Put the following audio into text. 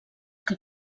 que